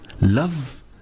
Love